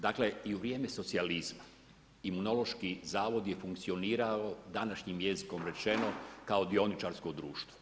Dakle, i u vrijeme socijalizma imunološki zavod je funkcionirao, današnjim jezikom rečeno, kao dioničarsko društvo.